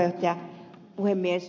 arvoisa puhemies